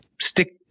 stick